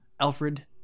Alfred